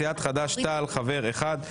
סיעת חד"ש-תע"ל חבר אחד.